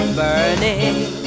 Burning